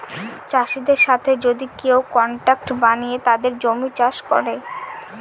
চাষীদের সাথে যদি কেউ কন্ট্রাক্ট বানিয়ে তাদের জমি চাষ করে